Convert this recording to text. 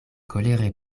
kolere